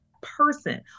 person